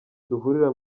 duhurira